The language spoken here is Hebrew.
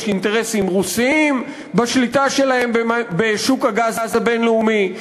יש אינטרסים רוסיים בשליטה שלהם בשוק הגז הבין-לאומי,